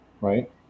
right